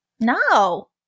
no